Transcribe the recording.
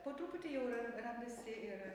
po truputį jau ran randasi ir